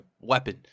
weapon